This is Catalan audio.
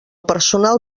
personal